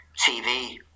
TV